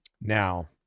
Now